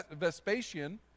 Vespasian